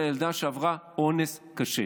הגיעו לילדה שעברה אונס קשה.